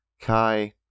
Kai